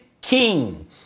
king